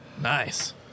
Nice